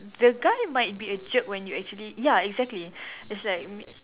the guy might be a jerk when you actually ya exactly it's like